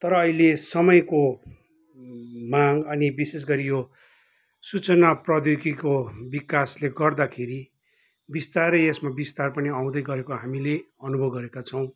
तर अहिले समयको माग अनि विशेष गरी यो सूचना प्रौद्योगिकीको विकासले गर्दाखेरि बिस्तारै यसमा विस्तार पनि आउँदै गरेको हामीले अनुभव गरेका छौँ